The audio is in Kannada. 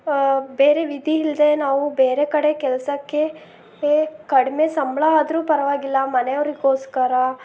ಬೇರೆ ವಿಧಿ ಇಲ್ಲದೆ ನಾವು ಬೇರೆ ಕಡೆ ಕೆಲಸಕ್ಕೆ ಕಡಿಮೆ ಸಂಬಳ ಆದರೂ ಪರವಾಗಿಲ್ಲ ಮನೆಯವರಿಗೋಸ್ಕರ